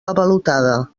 avalotada